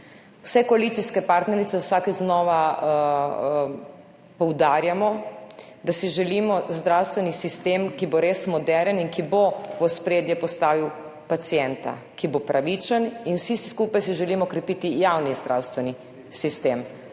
Vse koalicijske partnerice vsakič znova poudarjamo, da si želimo zdravstveni sistem, ki bo res moderen in ki bo v ospredje postavil pacienta, ki bo pravičen. In vsi skupaj si želimo krepiti javni zdravstveni sistem.